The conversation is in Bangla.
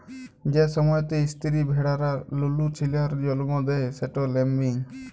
যে সময়তে ইস্তিরি ভেড়ারা লুলু ছিলার জল্ম দেয় সেট ল্যাম্বিং